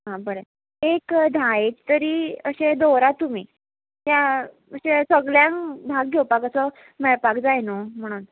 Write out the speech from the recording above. आं बरें एक धा एक तरी अशें दवरात तुमी त्या अशें सगळ्यांक भाग घेवपाक असो मेळपाक जाय न्हू म्हणून